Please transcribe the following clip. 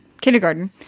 kindergarten